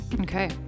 Okay